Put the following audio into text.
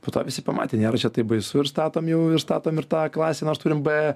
po to visi pamatė nėra čia taip baisu ir statom jau statom ir tą a klasę nors turim b